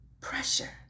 pressure